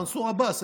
מנסור עבאס,